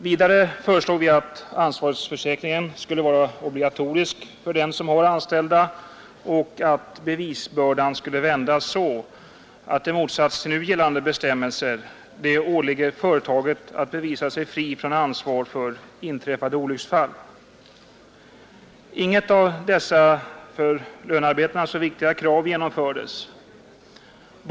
Vidare föreslog vi att ansvarsförsäkringen skulle vara obligatorisk för den som har anställda och att bevisbördan skulle vändas, så att det — i motsats till nu gällande bestämmelse — skulle åligga arbetsgivaren att visa sig fri från ansvar för inträffade olycksfall. Inget av dessa för lönearbetarna så viktiga krav blev tillgodosett.